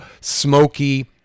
smoky